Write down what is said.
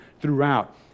throughout